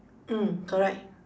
mm correct